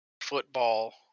football